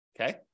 Okay